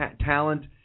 talent